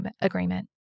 agreement